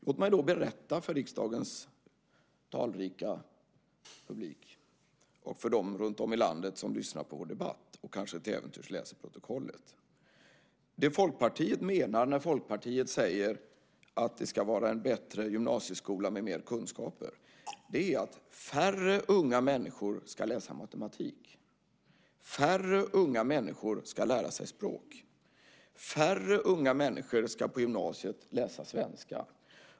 Låt mig då berätta detta för riksdagens talrika publik, för dem runtom i landet som lyssnar på vår debatt och för dem som till äventyrs läser protokollet: Det Folkpartiet menar när Folkpartiet säger att det ska vara en bättre gymnasieskola med mer kunskaper är att färre unga människor ska läsa matematik, färre unga människor ska lära sig språk och färre unga människor ska läsa svenska på gymnasiet.